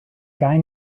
guy